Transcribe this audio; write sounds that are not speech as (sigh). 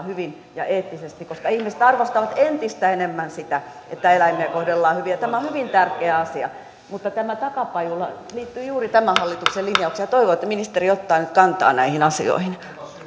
(unintelligible) hyvin ja eettisesti koska ihmiset arvostavat entistä enemmän sitä että eläimiä kohdellaan hyvin tämä on hyvin tärkeä asia mutta tämä takapajula liittyy juuri tämän hallituksen linjaukseen ja toivon että ministeri ottaa nyt kantaa näihin asioihin